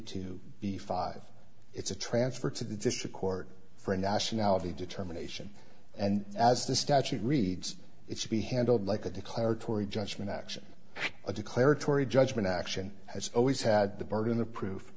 two b five it's a transfer to the district court for nationality determination and as the statute reads it should be handled like a declaratory judgment action a declaratory judgment action has always had the burden of proof